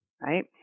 right